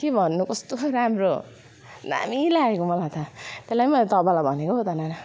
के भन्नु कस्तो राम्रो दामी लागेको मलाई त त्यही लागि मैले तपाईँलाई भनेको पो त नाना